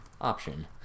option